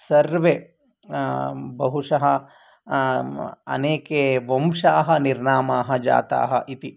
सर्वे बहुशः अनेके वंशाः निर्नामाः जाताः इति